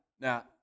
now